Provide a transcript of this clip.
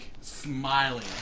smiling